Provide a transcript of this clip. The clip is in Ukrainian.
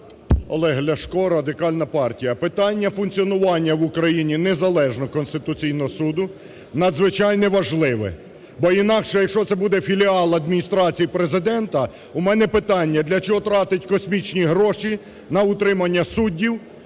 Олег Ляшко, Радикальна партія. Питання функціонування в Україні незалежного Конституційного Суду надзвичайно важливе, бо інакше, якщо це буде філіал Адміністрації Президента, у мене питання: для чого тратити космічні гроші на утримання суддів,